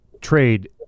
trade